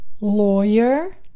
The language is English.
lawyer